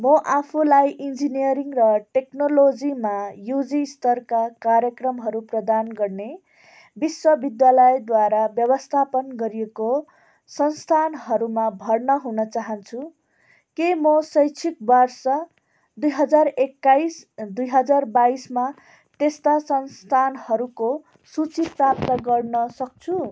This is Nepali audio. म आफुलाई इन्जिनेरिङ र टेकनोलोजिमा युजी स्तरका कार्यक्रमहरू प्रधान गर्ने विश्वविद्यालयद्वारा व्यवस्थापन गरिएको संस्थानहरूमा भर्ना हुन चाहन्छु के म शैक्षिक वर्ष दुई हजार एक्काइस दुई हजार बाइसमा त्यस्ता संस्थानहरूको सूची प्राप्त गर्न सक्छु